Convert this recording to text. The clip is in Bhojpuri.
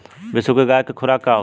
बिसुखी गाय के खुराक का होखे?